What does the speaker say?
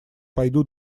пойду